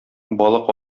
балык